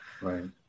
Right